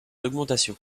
augmentation